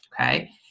Okay